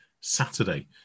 Saturday